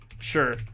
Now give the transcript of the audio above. Sure